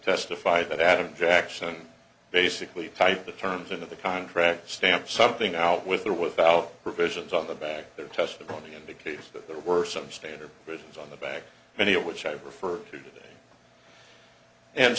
testify that adam jackson basically typed the terms into the contract stamp something out with or without provisions on the back their testimony indicates that there were some standard resumes on the back many of which i prefer today and